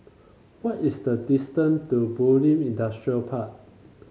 what is the distance to Bulim Industrial Park